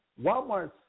Walmart's